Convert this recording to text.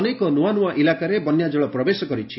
ଅନେକ ନୂଆ ନୂଆ ଇଲାକାରେ ବନ୍ୟାଜଳ ପ୍ରବେଶ କରିଛି